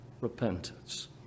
repentance